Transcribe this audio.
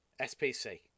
SPC